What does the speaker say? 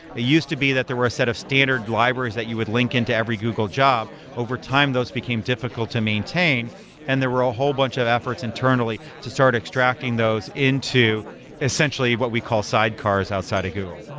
used to be that there were a set of standard libraries that you would link into every google job. over time, those became difficult to maintain and there were a whole bunch of efforts internally to start extracting those into essentially what we call sidecars outside of google.